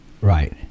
Right